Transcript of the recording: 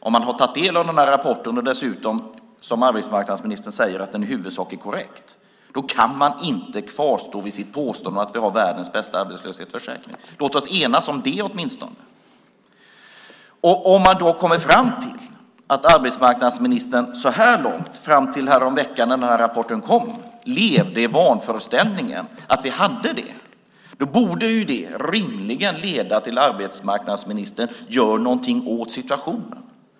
Om man har tagit del av den här rapporten och dessutom, som arbetsmarknadsministern, säger att den i huvudsak är korrekt kan man inte kvarstå vid sitt påstående att vi har världens bästa arbetslöshetsförsäkring. Låt oss enas om det åtminstone! Om man då kommer fram till att arbetsmarknadsministern så här långt, fram till häromveckan när den här rapporten kom, levde i vanföreställningen att vi hade världens bästa arbetslöshetsförsäkring, borde det rimligen leda till att arbetsmarknadsministern gör någonting åt situationen.